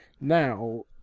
Now